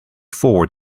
forward